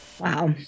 wow